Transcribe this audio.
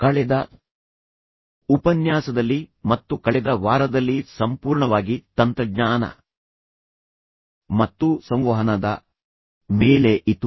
ಕಳೆದ ಉಪನ್ಯಾಸದಲ್ಲಿ ಮತ್ತು ಕಳೆದ ವಾರದಲ್ಲಿ ಸಂಪೂರ್ಣವಾಗಿ ತಂತ್ರಜ್ಞಾನ ಮತ್ತು ಸಂವಹನದ ಮೇಲೆ ಇತ್ತು